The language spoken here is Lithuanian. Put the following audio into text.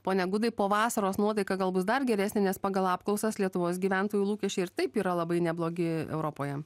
pone gudai po vasaros nuotaika gal bus dar geresnė nes pagal apklausas lietuvos gyventojų lūkesčiai ir taip yra labai neblogi europoje